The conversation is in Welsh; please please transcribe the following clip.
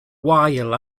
wael